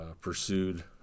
pursued